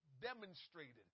demonstrated